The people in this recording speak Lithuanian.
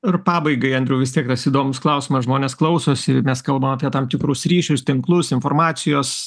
ir pabaigai andriau vis tiek tas įdomus klausimas žmonės klausosi mes kalbam apie tam tikrus ryšius tinklus informacijos